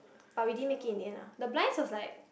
but we didn't make it in the end lah the blinds was like